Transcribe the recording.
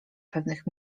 pewnych